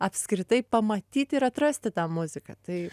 apskritai pamatyti ir atrasti tą muziką tai